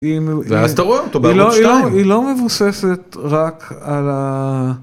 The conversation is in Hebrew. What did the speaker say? ‫ואז אתה רואה אותו בערוץ שתיים. ‫-היא לא מבוססת רק על ה...